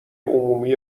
عمومی